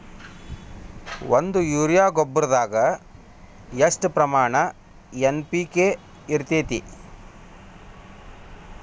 ಒಂದು ಯೂರಿಯಾ ಗೊಬ್ಬರದಾಗ್ ಎಷ್ಟ ಪ್ರಮಾಣ ಎನ್.ಪಿ.ಕೆ ಇರತೇತಿ?